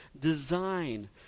design